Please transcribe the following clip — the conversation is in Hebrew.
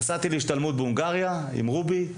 נסעתי להשתלמות בהונגריה עם רובי.